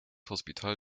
hospital